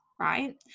right